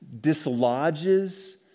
dislodges